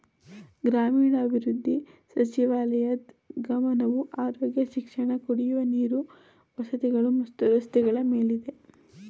ಗ್ರಾಮೀಣಾಭಿವೃದ್ಧಿ ಸಚಿವಾಲಯದ್ ಗಮನವು ಆರೋಗ್ಯ ಶಿಕ್ಷಣ ಕುಡಿಯುವ ನೀರು ವಸತಿಗಳು ಮತ್ತು ರಸ್ತೆಗಳ ಮೇಲಿದೆ